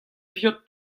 viot